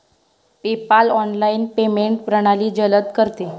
PayPal online payment प्रणाली जलद करते